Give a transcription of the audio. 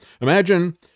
Imagine